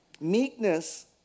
Meekness